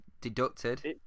deducted